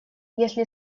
если